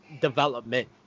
development